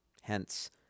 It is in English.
Hence